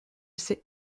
ces